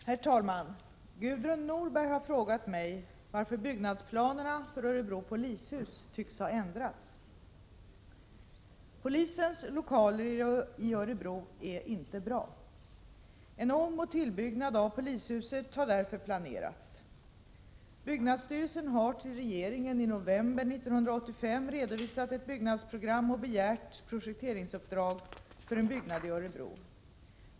Herr talman! Gudrun Norberg har frågat mig varför byggnadsplanerna för Örebro polishus tycks ha ändrats. Polisens lokaler i Örebro är inte bra. En omoch tillbyggnad av polishuset har därför planerats. Byggnadsstyrelsen har till regeringen i november 1985 redovisat ett byggnadsprogram och begärt projekteringsuppdrag för en byggnad i Örebro.